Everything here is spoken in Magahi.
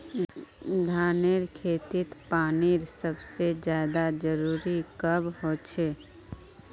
धानेर खेतीत पानीर सबसे ज्यादा जरुरी कब होचे?